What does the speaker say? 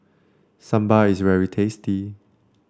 Sambar is very tasty